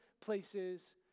places